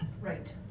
right